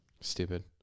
Stupid